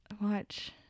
watch